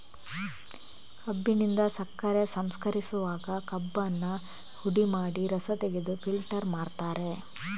ಕಬ್ಬಿನಿಂದ ಸಕ್ಕರೆ ಸಂಸ್ಕರಿಸುವಾಗ ಕಬ್ಬನ್ನ ಹುಡಿ ಮಾಡಿ ರಸ ತೆಗೆದು ಫಿಲ್ಟರ್ ಮಾಡ್ತಾರೆ